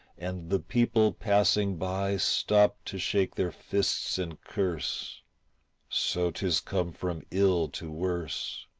and the people passing by stop to shake their fists and curse so tis come from ill to worse.